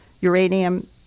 uranium